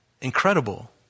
Incredible